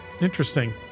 Interesting